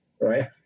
right